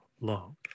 love